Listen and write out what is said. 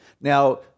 Now